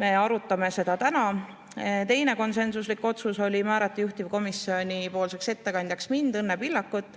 me arutame seda täna. Teine konsensuslik otsus oli määrata juhtivkomisjoni ettekandjaks mind, Õnne Pillakut.